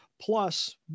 Plus